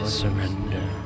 surrender